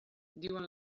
diuen